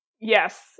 Yes